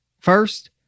First